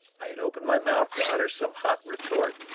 i had opened my mouth to utter some hot retort,